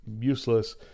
useless